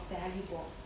valuable